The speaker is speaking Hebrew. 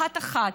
אחת-אחת,